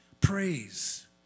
Praise